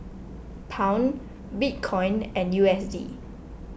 Pound Bitcoin and U S D